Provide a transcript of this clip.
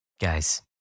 Guys